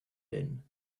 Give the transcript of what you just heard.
din